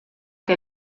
que